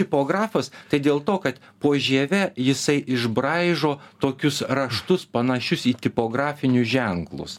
tipografas tai dėl to kad po žieve jisai išbraižo tokius raštus panašius į tipografinius ženklus